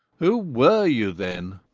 who were you then?